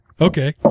Okay